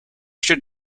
should